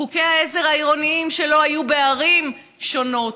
חוקי העזר העירוניים שלא היו בערים שונות,